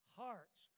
hearts